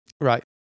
right